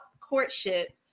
courtship